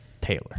Taylor